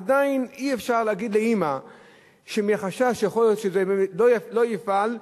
עדיין אי-אפשר להגיד לאמא שמחשש שזה לא יפעל,